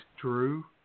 Drew